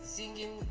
singing